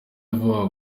vuba